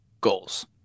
goals